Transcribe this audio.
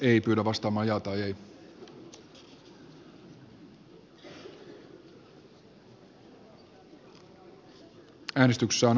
kannatan tehtyä esitystä